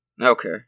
Okay